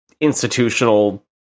institutional